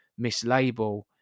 mislabel